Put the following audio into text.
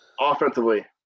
offensively